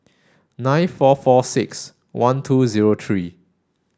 nine four four six one two zero three